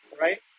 Right